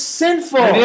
sinful